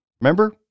remember